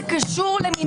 זה קשור למינהל תקין.